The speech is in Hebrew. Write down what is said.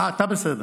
אתה בסדר.